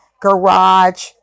garage